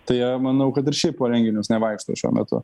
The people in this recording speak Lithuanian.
tai jie manau kad ir šiaip po renginius nevaikšto šiuo metu